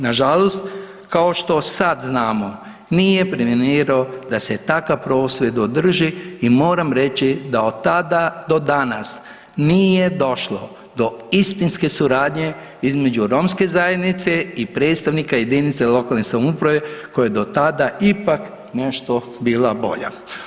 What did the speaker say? Nažalost kao što sad znamo nije …/nerazumljivo/… da se takav prosvjed održi i moram reći da od tada do danas nije došlo do istinske suradnje između Romske zajednice i predstavnika jedinica lokalne samouprave koje do tada ipak nešto bila bolja.